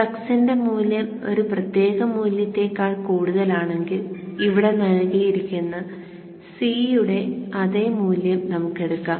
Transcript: ഫ്ളക്സിന്റെ മൂല്യം ഒരു പ്രത്യേക മൂല്യത്തേക്കാൾ കൂടുതലാണെങ്കിൽ ഇവിടെ നൽകിയിരിക്കുന്ന C യുടെ അതേ മൂല്യം നമുക്ക് എടുക്കാം